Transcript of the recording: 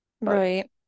Right